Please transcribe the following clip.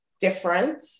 different